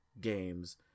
games